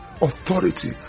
authority